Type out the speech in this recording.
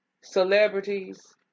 celebrities